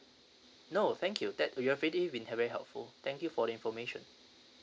no thank you that you have already been very helpful thank you for the information